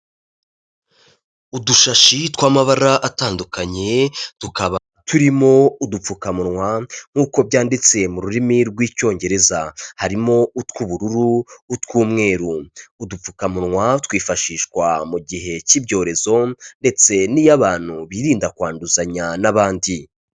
Udushashi tw'amabara atandukanye tukaba turimo udupfukamunwa, nkuko byanditse mu rurimi rw'Icyongereza, harimo utw'ubururu, utw'umweru. Udupfukamunwa twifashishwa mu gihe cy'ibyorezo ndetse n'iyo abantu birinda kwanduzanya n'abandi.